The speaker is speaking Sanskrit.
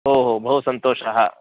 ओहो बहु सन्तोषः